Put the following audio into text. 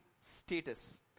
status